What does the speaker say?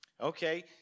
Okay